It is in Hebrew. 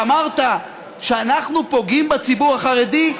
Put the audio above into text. אתה אמרת שאנחנו פוגעים בציבור החרדי?